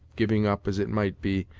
giving up, as it might be,